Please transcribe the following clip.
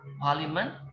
Parliament